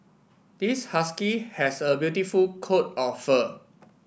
this husky has a beautiful coat of fur